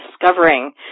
discovering